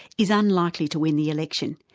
is unlikely to win the election,